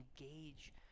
engage